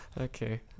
Okay